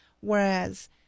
Whereas